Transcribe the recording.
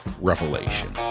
revelation